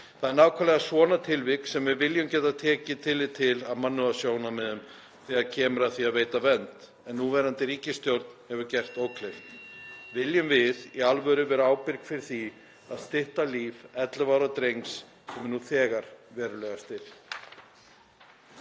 Það eru nákvæmlega svona tilvik sem við viljum geta tekið tillit til af mannúðarsjónarmiðum þegar kemur að því að veita vernd en núverandi ríkisstjórn hefur gert ókleift. (Forseti hringir.) Viljum við í alvöru vera ábyrg fyrir því að stytta líf 11 ára drengs sem er nú þegar verulega stytt?